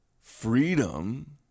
freedom